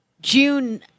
June